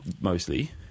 mostly